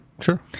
Sure